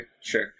sure